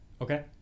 Okay